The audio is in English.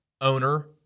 owner